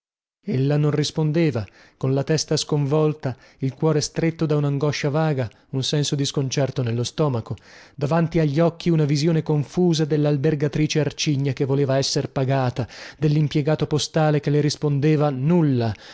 voi ella non rispondeva colla testa sconvolta il cuore stretto da unangoscia vaga un senso di sconcerto nello stomaco davanti agli occhi una visione confusa dellalbergatrice arcigna che voleva esser pagata dellimpiegato postale che le rispondeva nulla